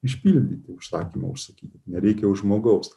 išpildyti užsakymą užsakyti nereikia jau žmogaus